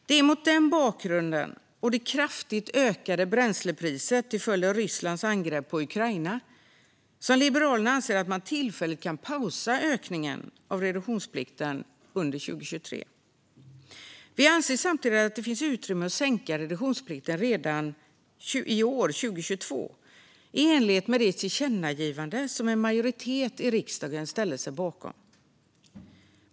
Det är mot den bakgrunden och mot bakgrund av det kraftigt ökade bränslepriset till följd av Rysslands angrepp på Ukraina som Liberalerna anser att man tillfälligt kan pausa ökningen av reduktionsplikten under 2023. Vi anser samtidigt att det finns utrymme att sänka reduktionsplikten redan i år, 2022, i enlighet med det tillkännagivande som en majoritet i riksdagen ställde sig bakom.